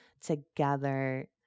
together